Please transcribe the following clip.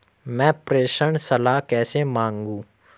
मैं प्रेषण सलाह कैसे मांगूं?